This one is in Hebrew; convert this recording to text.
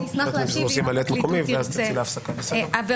חבר הכנסת פינדרוס ימלא את מקומי,